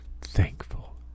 thankful